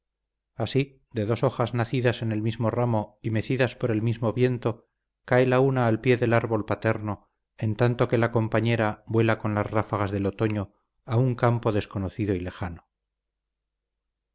así de dos hojas nacidas en el mismo ramo y mecidas por el mismo viento cae la una al pie del árbol paterno en tanto que la compañera vuela con las ráfagas del otoño a un campo desconocido y lejano